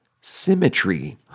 symmetry